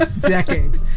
Decades